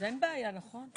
אז אין בעיה, נכון?